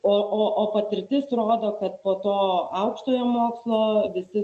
o o o patirtis rodo kad po to aukštojo mokslo visi